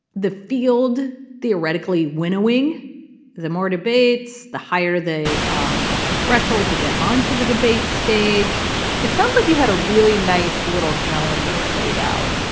the field theoretically winnowing the more debates the higher the um threshold to get onto the debate stage it sounds like you had a really nice little calendar laid out.